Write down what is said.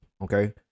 okay